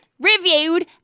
reviewed